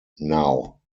now